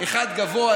אחד גבוה,